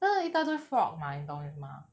真的一大堆 frog mah 你懂 mah